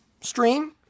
stream